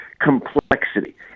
complexity